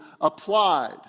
applied